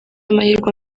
amahirwe